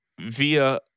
via